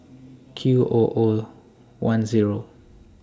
Q O O one Zero